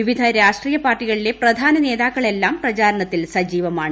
വിവിധ രാഷ്ട്രീയ പാർട്ടികളിൽ പ്ര്യധാന നേതാക്കളെല്ലാം പ്രചാരണത്തിൽ സജീവമാണ്